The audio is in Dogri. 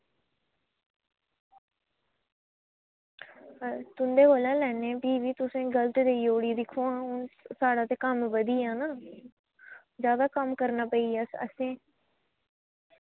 तुं'दे कोला लैन्नी फ्ही बी तुसें गलत देई ओड़ी दिक्खो हां हून ते साढ़ा ते कम्म बधी गेआ ना ज्यादा कम्म करना पेई गेआ असेंगी